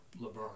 LeBron